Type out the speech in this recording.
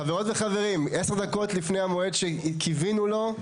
חברות וחברים, 10 דקות לפני המועד שקיווינו לו.